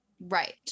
Right